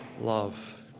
love